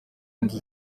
inzu